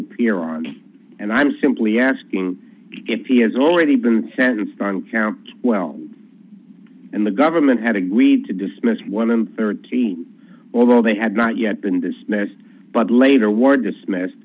appear on and i'm simply asking if he has already been sentenced on camp well and the government had agreed to dismiss one and thirteen although they had not yet been dismissed but later were dismissed